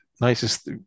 nicest